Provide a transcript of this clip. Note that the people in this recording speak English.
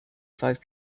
five